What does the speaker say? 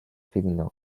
féminin